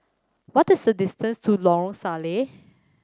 what is the distance to Lorong Salleh